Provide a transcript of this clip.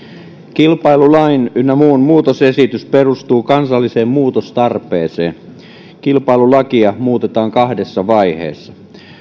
kilpailulain ynnä muun muutosesitys perustuu kansalliseen muutostarpeeseen kilpailulakia muutetaan kahdessa vaiheessa